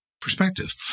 perspective